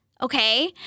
Okay